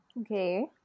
okay